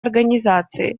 организации